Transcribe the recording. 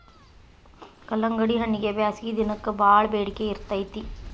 ಕಲ್ಲಂಗಡಿಹಣ್ಣಗೆ ಬ್ಯಾಸಗಿ ದಿನಕ್ಕೆ ಬಾಳ ಬೆಡಿಕೆ ಇರ್ತೈತಿ